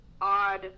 odd